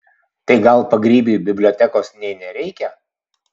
tai gal pagrybiui bibliotekos nė nereikia